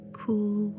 cool